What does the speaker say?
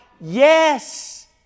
Yes